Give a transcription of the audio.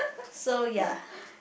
so ya